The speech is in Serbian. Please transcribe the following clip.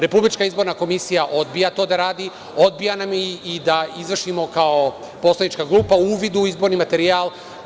Republička izborna komisija odbija to da radi, odbija nam i da izvršimo kao poslanička grupa uvid u izborni materijal.